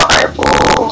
Bible